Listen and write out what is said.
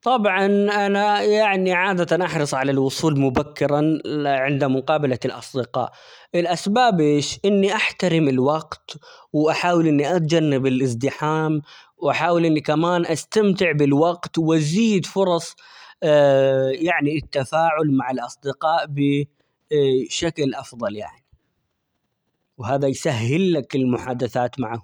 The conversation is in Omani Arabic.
طبعًا أنا يعني عادة أحرص على الوصول مبكرا عند مقابلة الأصدقاء الأسباب ايش؟ إني أحترم الوقت وأحاول إني أتجنب الازدحام ،وأحاول اني كمان استمتع بالوقت وأزيد فرص يعني التفاعل مع الأصدقاء، ب شكل أفضل يعني، وهذا يسهل لك المحادثات معهم.